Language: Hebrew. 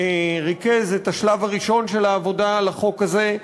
שריכז את השלב הראשון של העבודה על החוק הזה,